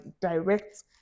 direct